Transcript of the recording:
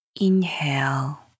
Inhale